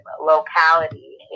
locality